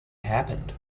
happened